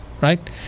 right